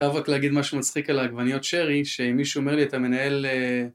חייב רק להגיד משהו מצחיק על העגבניות שרי שמישהו אומר לי אתה מנהל